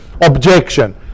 objection